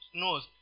knows